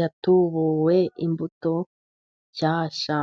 yatubuwe, imbuto nshyashya.